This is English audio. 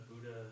Buddha